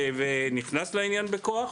והוא נכנס לעניין בכוח,